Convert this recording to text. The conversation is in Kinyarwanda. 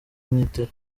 metero